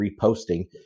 reposting